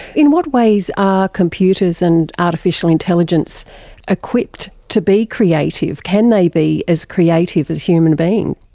in what ways are computers and artificial intelligence equipped to be creative? can they be as creative as human beings?